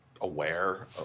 aware